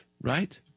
right